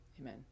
amen